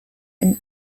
and